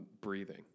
breathing